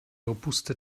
robuste